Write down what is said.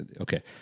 Okay